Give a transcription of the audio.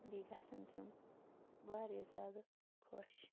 بیٚیہِ گژھن تِم واریاہ زیادٕ خۄش